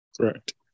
correct